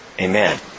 amen